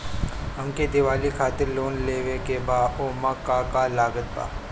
हमके दिवाली खातिर लोन लेवे के बा ओमे का का लागत बा?